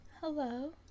Hello